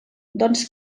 doncs